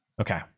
Okay